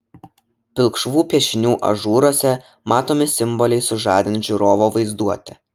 pilkšvų piešinių ažūruose matomi simboliai sužadins žiūrovo vaizduotę